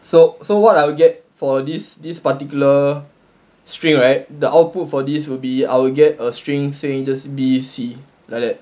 so so what I would get for this this particular string right the output for this will be I will get a string saying just B C like that